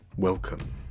Welcome